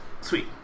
Sweet